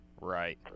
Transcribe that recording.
right